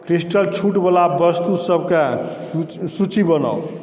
crystal छूट वला वस्तु सबकेँ सूची बनाउ